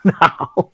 now